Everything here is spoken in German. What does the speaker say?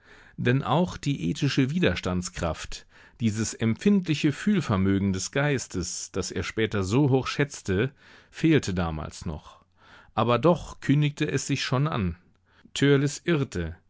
denn auch die ethische widerstandskraft dieses empfindliche fühlvermögen des geistes das er später so hoch schätzte fehlte damals noch aber doch kündigte es sich schon an